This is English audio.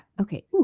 Okay